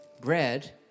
bread